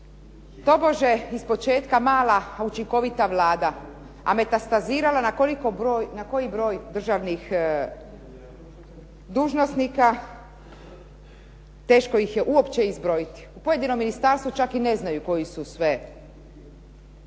Tobože, ispočetka mala učinkovita Vlada, a metastazirala na koji broj državnih dužnosnika, teško ih je uopće izbrojiti. U pojedinom ministarstvu čak i ne znaju koji su sve